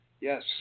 Yes